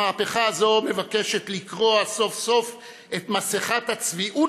המהפכה הזאת מבקשת לקרוע סוף-סוף את מסכות הצביעות,